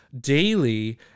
daily